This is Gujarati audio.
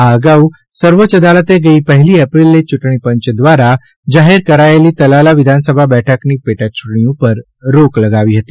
આ અગાઉ સર્વોચ્ચ અદાલતે ગઇ પહેલી એપ્રિલે ચૂંટણીપંચ દ્વારા જાહેર કરાયેલી તાલાલા વિધાનસભા બેઠકની પેટાચૂંટણી ઉપર રોક લગાવી હતી